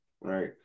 right